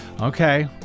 okay